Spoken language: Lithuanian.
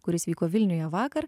kuris vyko vilniuje vakar